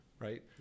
Right